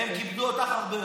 והם כיבדו אותך הרבה יותר.